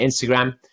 Instagram